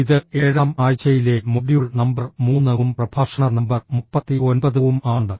ഇത് ഏഴാം ആഴ്ചയിലെ മൊഡ്യൂൾ നമ്പർ 3 ഉം പ്രഭാഷണ നമ്പർ 39 ഉം ആണ്